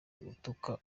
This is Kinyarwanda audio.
gutuka